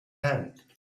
hand